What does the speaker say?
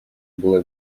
была